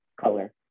color